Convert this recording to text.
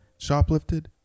Shoplifted